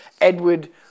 Edward